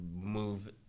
move